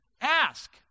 ask